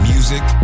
Music